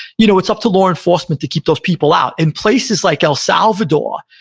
you know it's up to law enforcement to keep those people out. in places like el salvador,